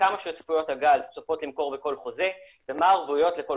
כמה שותפויות הגז צופות למכור בכל חוזה ומה הערבויות לכל